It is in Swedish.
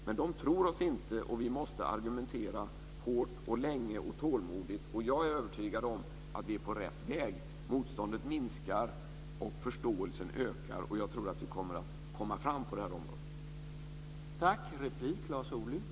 Men de tror oss inte, och vi måste argumentera, hårt, länge och tålmodigt. Och jag är övertygad om att vi är på rätt väg. Motståndet minskar och förståelsen ökar, och jag tror att vi kommer att komma fram på det här området.